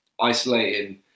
isolating